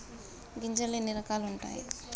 గింజలు ఎన్ని రకాలు ఉంటాయి?